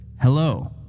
Hello